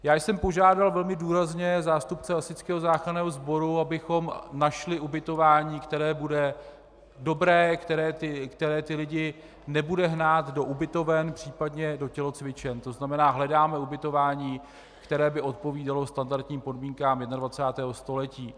Já jsem požádal velmi důrazně zástupce Hasičského záchranného sboru, abychom našli ubytování, které bude dobré, které ty lidi nebude hnát do ubytoven, případně do tělocvičen, tzn. hledáme ubytování, které by odpovídalo standardním podmínkám 21. století.